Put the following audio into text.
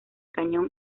cañón